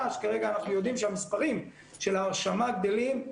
שכרגע אנחנו יודעים שהמספרים של ההרשמה גדלים,